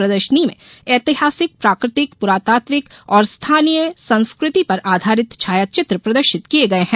प्रदर्शनी मे ऐतिहासिक प्राकृतिक पुरातात्विक और स्थानीय संस्कृति पर आधारित छायाचित्र प्रदर्शित किये गये है